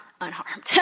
unharmed